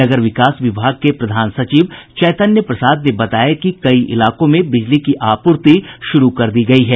नगर विकास विभाग के प्रधान सचिव चैतन्य प्रसाद ने बताया कि कई इलाकों में बिजली की आपूर्ति शुरू कर दी गयी है